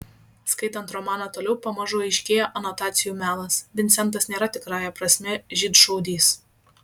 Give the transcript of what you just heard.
skaitant romaną toliau pamažu aiškėja anotacijų melas vincentas nėra tikrąja prasme žydšaudys